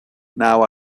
now